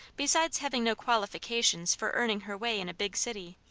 besides having no qualifications for earning her way in a big city,